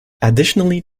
additionally